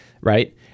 right